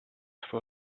for